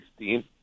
2016